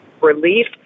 relief